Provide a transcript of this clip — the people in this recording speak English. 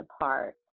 apart